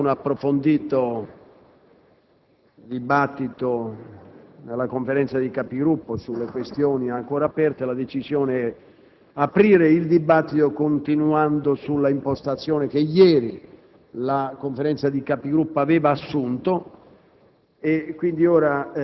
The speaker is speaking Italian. una nuova finestra"). Comunico all'Aula che c'è stato un approfondito dibattito nella Conferenza dei Capigruppo sulle questioni ancora aperte e la decisione è di aprire il dibattito continuando sull'impostazione stabilita